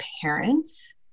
parents